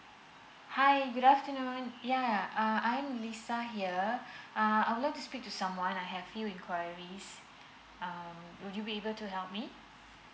hi good afternoon yeah uh I'm lisa here uh I would like to speak to someone I have few enquiries um would you be able to help me?